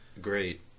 great